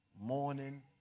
morning